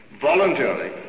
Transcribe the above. voluntarily